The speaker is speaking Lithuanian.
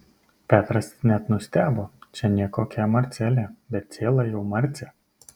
petras net nustebo čia nė kokia marcelė bet ciela jau marcė